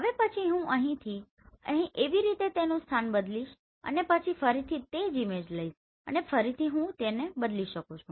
હવે પછી હું અહીંથી અહીં એવી રીતે તેનુ સ્થાન બદલીશ અને પછી ફરીથી તે જ ઈમેજ લઈશ અને ફરીથી હું તેને બદલી શકું છું